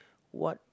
what